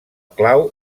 clau